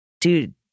dude